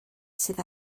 sydd